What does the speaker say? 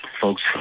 folks